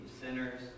sinners